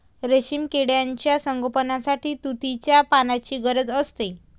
रेशीम किड्यांच्या संगोपनासाठी तुतीच्या पानांची गरज असते